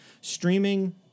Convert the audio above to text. streaming